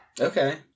Okay